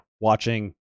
watching